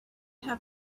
have